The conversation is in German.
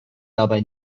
dabei